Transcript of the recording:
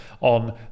on